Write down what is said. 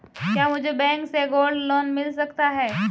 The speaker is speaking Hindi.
क्या मुझे बैंक से गोल्ड लोंन मिल सकता है?